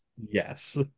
Yes